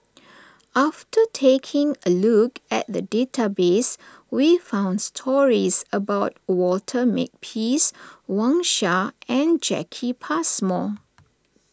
after taking a look at the database we found stories about Walter Makepeace Wang Sha and Jacki Passmore